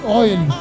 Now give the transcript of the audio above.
oil